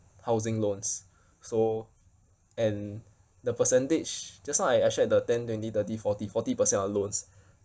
housing loans so and the percentage just now I I shared the ten twenty thirty forty forty percent of loans